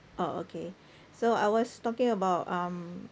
orh okay so I was talking about um